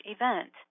event